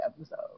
episode